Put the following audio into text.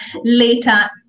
later